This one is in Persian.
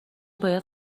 باید